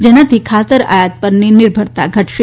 જેનાથી ખાતર આયાત પરની નિર્ભરતા ઘટશે